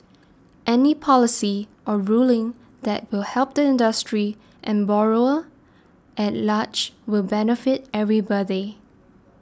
any policy or ruling that will help the industry the borrower at large will benefit everybody